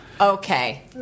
okay